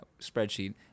spreadsheet